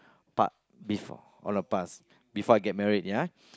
part before of all past before I get married ya